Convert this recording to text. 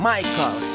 Michael